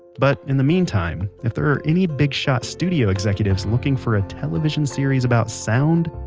but in the meantime, if there are any big shot studio executives looking for a television series about sound,